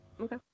okay